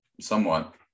somewhat